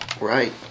Right